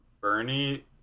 Bernie